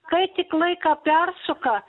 kai tik laiką persuka